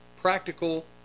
practical